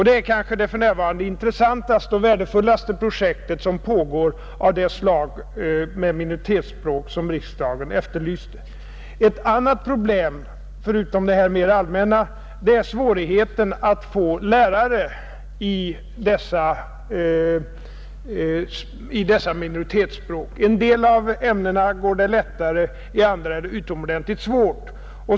Det är kanske det för närvarande intressantaste och värdefullaste projektet som pågår av det slag — med minoritetsspråk — som riksdagen efterlyste. Ett annat problem, förutom detta mera allmänna, är svårigheten att få lärare i dessa minoritetsspråk. I en del av ämnena går det lättare, i andra är det utomordentligt svårt.